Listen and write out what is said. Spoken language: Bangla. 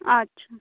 আচ্ছা